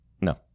No